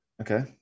okay